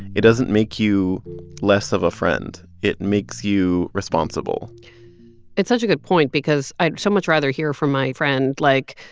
it doesn't make you less of a friend it makes you responsible it's such a good point because i'd so much rather hear from my friend, like,